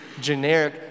generic